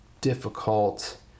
difficult